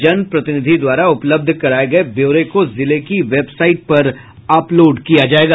जनप्रतिनिधि द्वारा उपलब्ध कराये गये ब्योरों को जिले की वेबसाईट पर अपलोड किया जायेगा